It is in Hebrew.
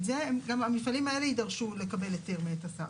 גם המפעלים האלה יידרשו לקבל היתר מאת השר,